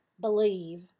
believe